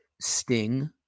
sting